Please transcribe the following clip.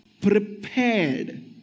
prepared